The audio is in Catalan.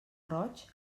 roig